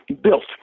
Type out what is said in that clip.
built